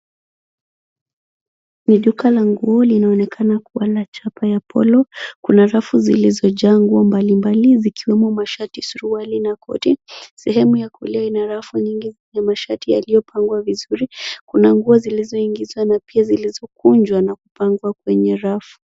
Ni duka la nguo linaonekana kuwa la chapa ya Polo. Kuna rafu zilizojaa nguo mbalimbali zikiwemo mashati, suruali na koti. Sehemu ya kulia ina rafu nyingi na mashati yaliyopangwa vizuri. Kuna nguo zilizoingizwa na nguo zilizokunjwa na kupangwa kwenye rafu.